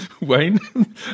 Wayne